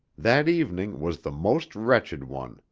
that evening was the most wretched one,